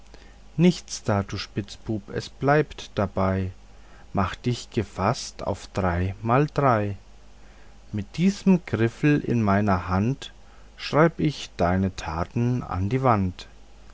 nichts da du spitzbub es bleibt dabei mach dich gefaßt auf drei mal drei mit diesem griffel in meiner hand schreib ich deine taten an die wand